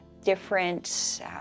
different